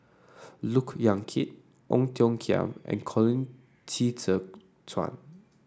Look Yan Kit Ong Tiong Khiam and Colin Qi Zhe Quan